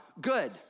good